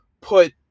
put